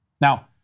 Now